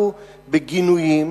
הצעה רגילה,